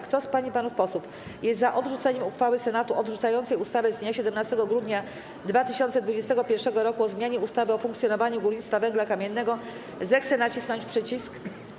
Kto z pań i panów posłów jest za odrzuceniem uchwały Senatu odrzucającej ustawę z dnia 17 grudnia 2021 r. o zmianie ustawy o funkcjonowaniu górnictwa węgla kamiennego, zechce nacisnąć przycisk.